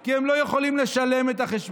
כי הם לא יכולים לשלם את החשבון.